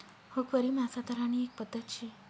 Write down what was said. हुकवरी मासा धरानी एक पध्दत शे